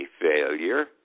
failure